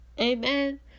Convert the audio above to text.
Amen